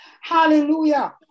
Hallelujah